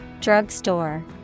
Drugstore